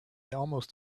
almost